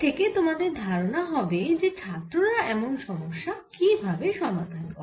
এর থেকে তোমাদের ধারণা হবে যে ছাত্র রা এমন সমস্যা কি ভাবে সমাধান করে